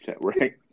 Right